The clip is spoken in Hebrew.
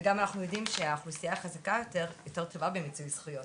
וגם אנחנו יודעים שהאוכלוסייה החזקה יותר טובה במיצוי זכויות,